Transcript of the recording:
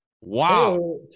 Wow